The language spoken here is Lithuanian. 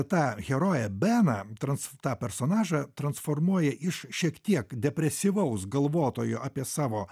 ta heroją beną trans tą personažą transformuoja iš šiek tiek depresyvaus galvotojo apie savo